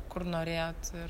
kur norėjot ir